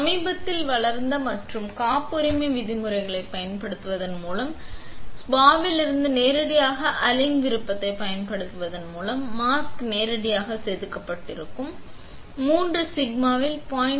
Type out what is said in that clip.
சமீபத்தில் வளர்ந்த மற்றும் காப்புரிமை விதிமுறைகளைப் பயன்படுத்துவதன் மூலம் சுபாவிலிருந்து நேரடியாக அலிங் விருப்பத்தை பயன்படுத்துவதன் மூலம் மாஸ்க் நேரடியாக செதுக்கப்பட்டிருக்கும் 3 சிக்மாவில் 0